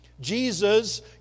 Jesus